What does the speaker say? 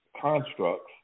constructs